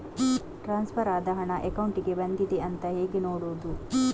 Transfer ಆದ ಹಣ ಅಕೌಂಟಿಗೆ ಬಂದಿದೆ ಅಂತ ಹೇಗೆ ನೋಡುವುದು?